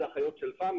אחיות של ---,